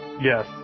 Yes